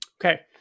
Okay